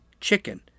chicken